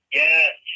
yes